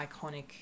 iconic